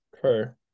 True